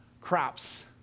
crops